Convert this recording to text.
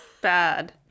Bad